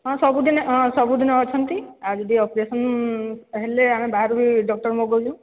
ହଁ ସବୁ ଦିନେ ହଁ ସବୁ ଦିନ ଅଛନ୍ତି ଆଉ ଯଦି ଅପରେସନ୍ ହେଲେ ଆମେ ବାହାରୁ ବି ଡକ୍ଟର ମଗଉଛୁ